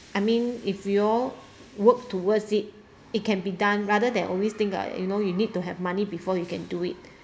I mean if you all work towards it it can be done rather than always think uh you know you need to have money before you can do it